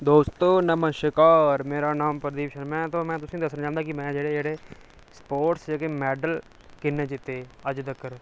दोस्तों नमस्कार में नां प्रदीप शर्मा ऐ में तुसैं गी दस्सना चाह्ना कि स्पोर्टस जेह्के मैडल जित्ते अज्ज तक